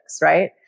right